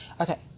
Okay